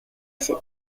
assez